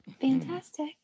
Fantastic